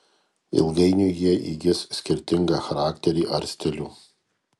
ilgainiui jie įgis skirtingą charakterį ar stilių